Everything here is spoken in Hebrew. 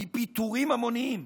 היא פיטורים המוניים,